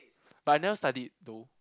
but I never studied though